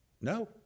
No